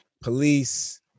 police